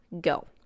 go